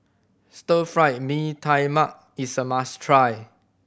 Stir Fry Mee Tai Mak is a must try